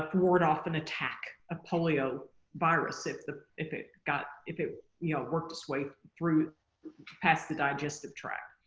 ah ward off an attack a polio virus if the if it got if it you know worked its way through past the digestive tract.